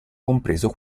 compreso